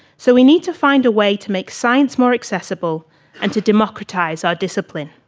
so we need to find a way to make science more accessible and to democratise our discipline.